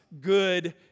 good